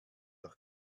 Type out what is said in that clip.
doch